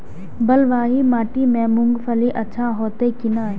बलवाही माटी में मूंगफली अच्छा होते की ने?